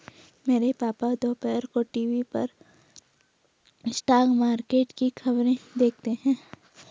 मेरे पापा दोपहर को टीवी पर स्टॉक मार्केट की खबरें देखते हैं